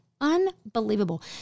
Unbelievable